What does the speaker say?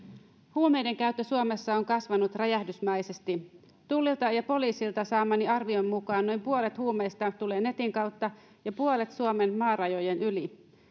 huumeiden käyttö suomessa on kasvanut räjähdysmäisesti tullilta ja ja poliisilta saamani arvion mukaan noin puolet huumeista tulee netin kautta ja puolet suomen maarajojen yli